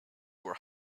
were